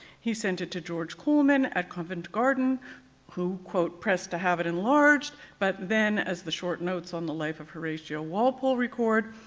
he sent it to george colman at covent garden who pressed to have it enlarged but then as the short notes on the life of horatio walpole record,